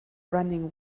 running